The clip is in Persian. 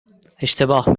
اشتباه